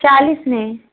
चालीस में